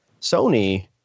Sony